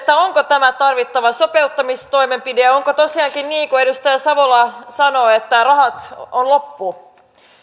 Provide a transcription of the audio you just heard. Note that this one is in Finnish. onko tämä tarvittava sopeuttamistoimenpide ja onko tosiaankin niin kuin edustaja savola sanoo että rahat on loppu